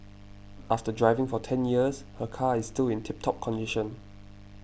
after driving for ten years her car is still in tip top condition